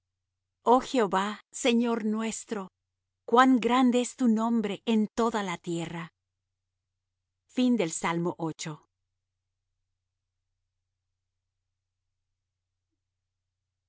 oh jehová señor nuestro cuán grande es tu nombre en toda la tierra